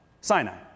Sinai